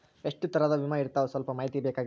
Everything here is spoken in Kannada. ಎಷ್ಟ ತರಹದ ವಿಮಾ ಇರ್ತಾವ ಸಲ್ಪ ಮಾಹಿತಿ ಬೇಕಾಗಿತ್ರಿ